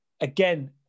Again